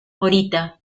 horita